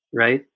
right?